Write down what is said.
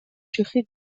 شوخی